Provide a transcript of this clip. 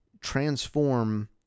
transform